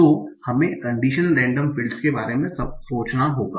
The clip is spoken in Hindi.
तो हमें कन्डिशन रेंडम फील्ड्स के बारे में सोचना होगा